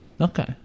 Okay